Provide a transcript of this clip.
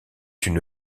une